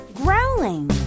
growling